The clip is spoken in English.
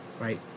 right